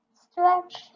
stretch